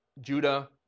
Judah